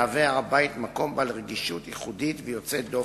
מהווה הר-הבית מקום בעל רגישות ייחודית ויוצאת דופן,